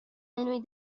منوی